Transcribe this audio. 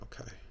Okay